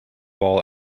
ball